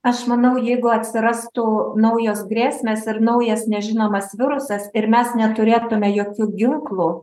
aš manau jeigu atsirastų naujos grėsmės ir naujas nežinomas virusas ir mes neturėtume jokių ginklų